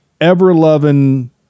ever-loving